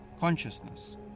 consciousness